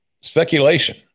speculation